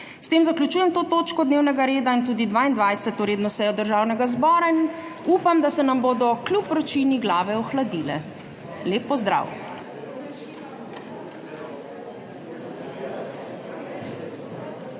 S tem zaključujem to točko dnevnega reda in tudi 22. redno sejo Državnega zbora. Upam, da se nam bodo kljub vročini glave ohladile. Lep pozdrav! Seja